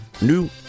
New